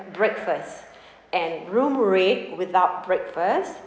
breakfast and room rate without breakfast